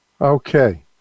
Okay